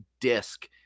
disc